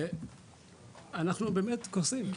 ואנחנו באמת קורסים.